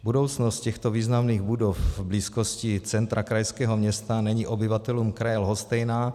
Budoucnost těchto významných budov v blízkosti centra krajského města není obyvatelům kraje lhostejná.